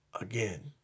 again